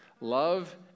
Love